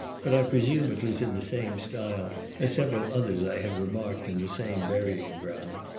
but i presume it was in the same style as several others i had remarked in the same burying-ground,